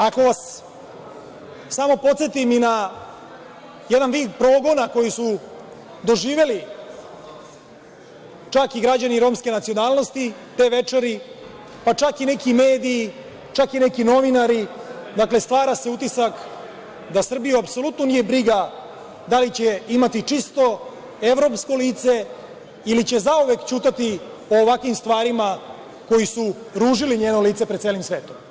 Ako vas samo podsetim na jedan vid progona koji su doživeli čak i građani romske nacionalnosti te večeri, pa čak i neki mediji, čak i neki novinari, stvara se utisak da Srbiju apsolutno nije briga da li će imati čisto evropsko lice ili će zauvek ćutati o ovakvim stvarima koji su ružili njeno lice pred celim svetom.